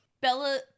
Bella